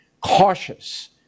cautious